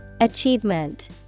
Achievement